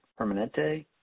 Permanente